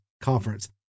Conference